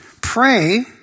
Pray